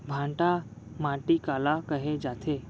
भांटा माटी काला कहे जाथे?